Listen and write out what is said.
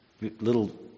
little